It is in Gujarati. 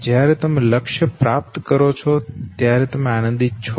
જ્યારે તમે લક્ષ્ય પ્રાપ્ત કરો છો ત્યારે તમે આનંદિત છો